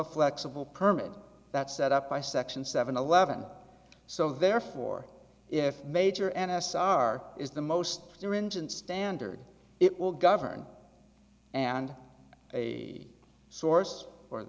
a flexible permit that's set up by section seven eleven so therefore if major n s are is the most their engine standard it will govern and a source for